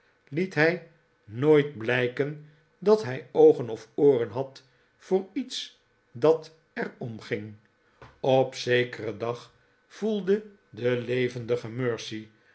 liet hij nooit blijken dat hij oogen of ooren had voor lets dat er omging op zekeren dag voelde de levendige mercy